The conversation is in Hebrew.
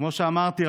כמו שאמרתי,